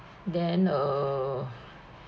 then err